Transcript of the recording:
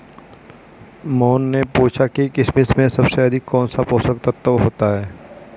मोहन ने पूछा कि किशमिश में सबसे अधिक कौन सा पोषक तत्व होता है?